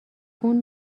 اون